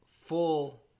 full